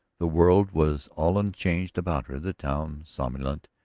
the world was all unchanged about her, the town somnolent.